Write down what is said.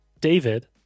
David